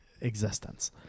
existence